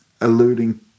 alluding